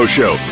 Show